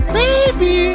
baby